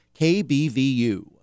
kbvu